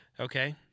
Okay